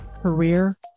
career